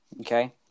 Okay